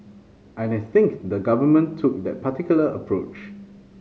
and I think the Government took that particular approach